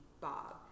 Bob